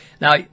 Now